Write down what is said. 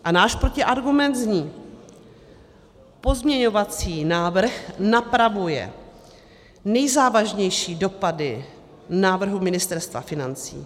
A náš protiargument zní: Pozměňovací návrh napravuje nejzávažnější dopady návrhu Ministerstva financí.